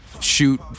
shoot